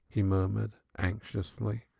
he murmured anxiously.